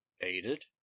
aided